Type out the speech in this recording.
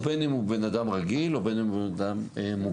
בין אם הוא בן אדם רגיל ובין אם הוא בן אדם מוגבל.